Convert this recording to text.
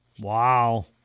Wow